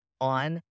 on